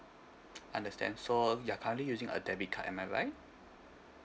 understand so you're currently using a debit card am I right